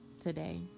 today